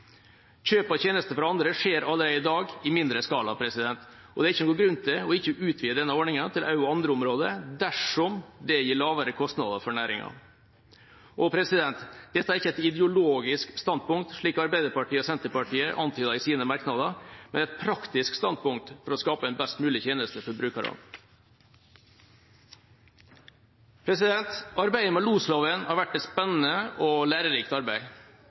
Kjøp av tjenester fra andre skjer allerede i dag i mindre skala, og det er ingen grunn til ikke å utvide denne ordninga til andre områder dersom det gir lavere kostnader for næringa. Dette er ikke et ideologisk standpunkt, slik Arbeiderpartiet og Senterpartiet antyder i sine merknader, men et praktisk standpunkt for å skape en best mulig tjeneste for brukerne. Arbeidet med losloven har vært et spennende og lærerikt arbeid.